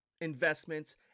investments